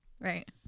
Right